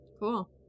Cool